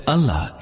Allah